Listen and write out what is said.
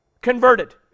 converted